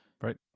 right